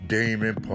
Damon